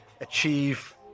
achieve